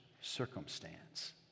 circumstance